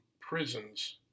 prisons